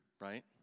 right